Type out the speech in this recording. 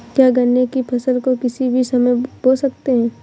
क्या गन्ने की फसल को किसी भी समय बो सकते हैं?